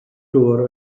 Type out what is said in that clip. dŵr